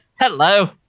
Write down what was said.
hello